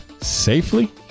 safely